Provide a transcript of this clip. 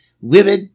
women